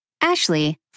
Ashley